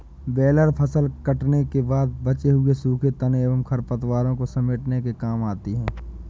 baler फसल कटने के बाद बचे हुए सूखे तनों एवं खरपतवारों को समेटने के काम आते हैं